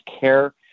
care